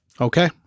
Okay